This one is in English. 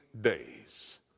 days